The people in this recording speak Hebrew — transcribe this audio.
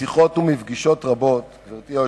משיחות ומפגישות רבות, גברתי היושבת-ראש,